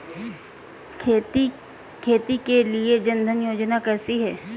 खेती के लिए जन धन योजना कैसी है?